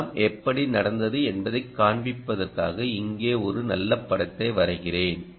எல்லாம் எப்படி நடந்தது என்பதைக் காண்பிப்பதற்காக இங்கே ஒரு நல்ல படத்தை வரைகிறேன்